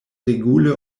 regule